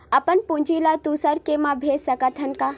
अपन पूंजी ला दुसर के मा भेज सकत हन का?